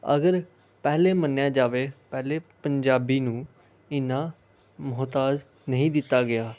ਅਗਰ ਪਹਿਲੇ ਮੰਨਿਆ ਜਾਵੇ ਪਹਿਲੇ ਪੰਜਾਬੀ ਨੂੰ ਇੰਨਾਂ ਮੁਹਤਾਜ ਨਹੀਂ ਦਿੱਤਾ ਗਿਆ